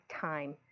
time